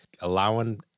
allowing